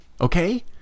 okay